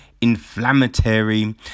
inflammatory